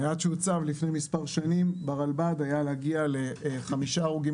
היעד שהוצב לפני מספר ש נים ברלב"ד היה להגיע לחמישה הרוגים